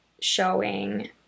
showing